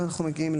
שצמצמנו.